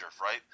right